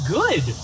good